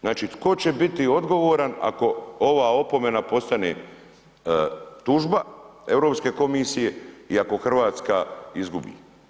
Znači tko će biti odgovoran ako ova opomena postane tužba Europske komisije i ako Hrvatska izgubi?